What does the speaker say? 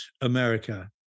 America